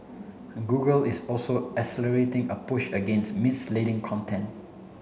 google is also accelerating a push against misleading content